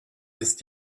ist